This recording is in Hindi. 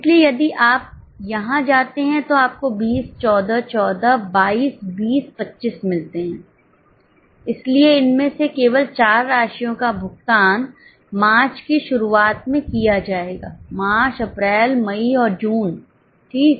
इसलिए यदि आप यहां जाते हैं तो आपको 20 14 14 22 20 25 मिलते हैं इसलिए इनमें से केवल चार राशियों का भुगतान मार्च की शुरुआत में किया जाएगा मार्च अप्रैल मई और जून ठीक